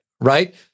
right